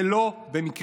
זה לא במקרה.